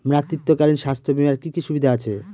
মাতৃত্বকালীন স্বাস্থ্য বীমার কি কি সুবিধে আছে?